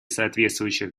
соответствующих